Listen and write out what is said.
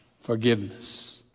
forgiveness